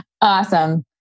Awesome